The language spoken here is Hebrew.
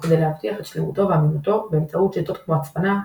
וכדי להבטיח את שלמותו ואמינותו באמצעות שיטות כמו הצפנה,